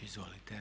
Izvolite.